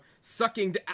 sucking